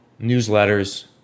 newsletters